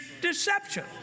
deception